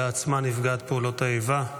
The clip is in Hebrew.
בעצמה נפגעת פעולות האיבה.